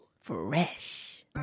fresh